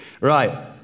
Right